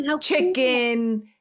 Chicken